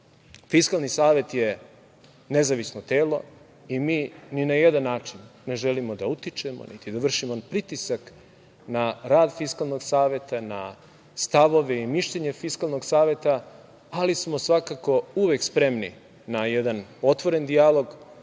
Fiskalni savet je nezavisno telo i mi ni na jedan način ne želimo da utičemo niti da vršimo pritisak na rad Fiskalnog saveta, na stavove i mišljenje Fiskalnog saveta, ali smo svakako uvek spremni na jedan otvoren dijalog,